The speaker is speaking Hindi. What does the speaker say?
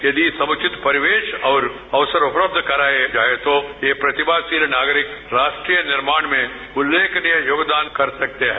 यदि समुचित परिवेश और अवसर उपलब्धच कराये जायें तो ये प्रतिभाशील नागरिक राष्ट्र निर्माण में उल्लेखनीय योगदान कर सकते हैं